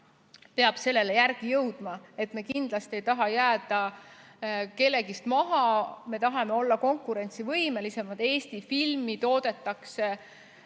peab sellele järele jõudma. Me kindlasti ei taha jääda kellestki maha, me tahame olla konkurentsivõimelisemad. Eesti filmi toodetakse